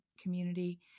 community